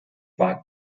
war